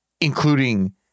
including